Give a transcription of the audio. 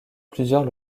plusieurs